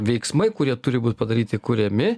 veiksmai kurie turi būt padaryti kuriami